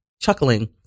chuckling